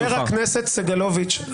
חבר הכנסת סגלוביץ',